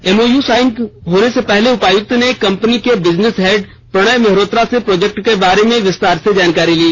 MOU sign होने से पहले उपायुक्त ने कंपनी के बिजनेस हेड प्रणय मेहरोत्रा ँसे प्रोजेक्ट के बारे में विस्तार से जानकारी ली